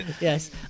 yes